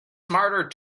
smarter